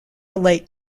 relate